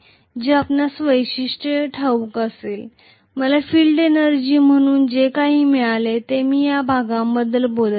म्हणून field energy म्हणून मला जे काही मिळते तीच ही वैशिष्ट्ये असणार आहेत मी मुळात या भागाबद्दल बोलत आहे